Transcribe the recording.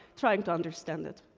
trying to understand it.